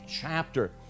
chapter